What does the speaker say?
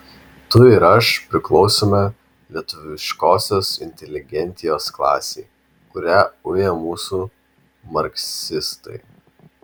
tu ir aš priklausome lietuviškosios inteligentijos klasei kurią uja mūsų marksistai